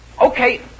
Okay